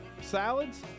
salads